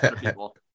people